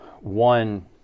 One